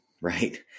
right